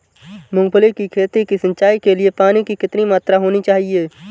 मूंगफली की खेती की सिंचाई के लिए पानी की कितनी मात्रा होनी चाहिए?